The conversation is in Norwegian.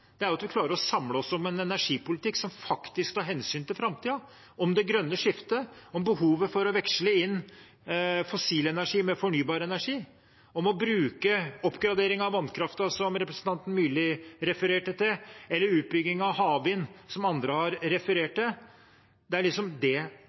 er at vi klarer å samle oss om en energipolitikk som faktisk tar hensyn til framtiden – til det grønne skiftet, til behovet for å veksle inn fossil energi med fornybar energi og til å bruke oppgradering av vannkraft, som representanten Myrli refererte til, eller utbygging av havvind, som andre har referert